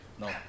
No